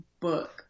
book